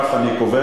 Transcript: אם כך, אני קובע